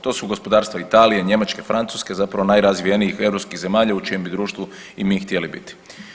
To su gospodarstva Italije, Njemačke, Francuske, zapravo najrazvijenijih europskih zemalja u čijem bi društvu i mi htjeli biti.